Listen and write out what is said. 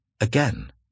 Again